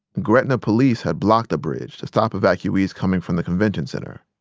gretna police had blocked a bridge to stop evacuees coming from the convention center.